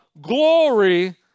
glory